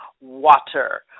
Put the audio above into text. water